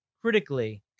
critically